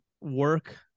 work